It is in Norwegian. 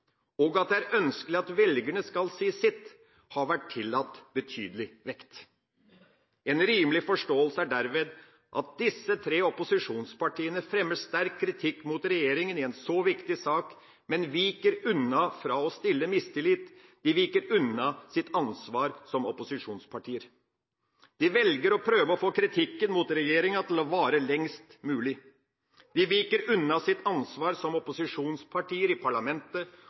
og at det er ønskelig at velgerne skal si sitt, har vært tillagt betydelig vekt. En rimelig forståelse er derved at disse tre opposisjonspartiene fremmer sterk kritikk mot regjeringa i en så viktig sak, men viker unna å stille mistillit – de viker unna sitt ansvar som opposisjonspartier. De velger å prøve å få kritikken mot regjeringa til å vare lengst mulig. De viker unna sitt ansvar som opposisjonspartier i parlamentet